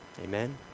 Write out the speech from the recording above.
Amen